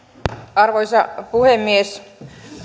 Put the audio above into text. arvoisa puhemies